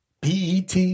PET